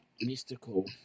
Mystical